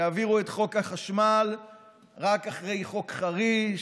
יעבירו את חוק החשמל לפני חוק חריש,